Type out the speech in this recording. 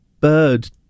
Bird